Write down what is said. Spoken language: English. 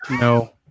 No